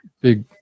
big